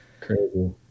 Crazy